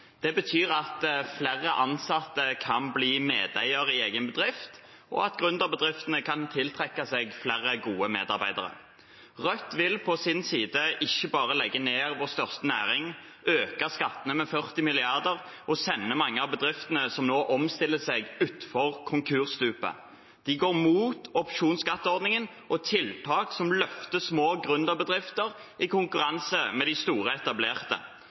Det betyr at flere ansatte kan bli medeiere i egen bedrift, og at gründerbedriftene kan tiltrekke seg flere gode medarbeidere. Rødt vil på sin side ikke bare legge ned vår største næring, øke skattene med 40 mrd. kr og sende mange av bedriftene som nå omstiller seg, utfor konkursstupet. De går mot opsjonsskatteordningen og tiltak som løfter små gründerbedrifter i konkurranse med de store og etablerte.